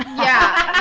yeah.